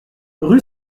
rue